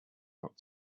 not